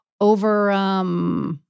over